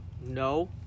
no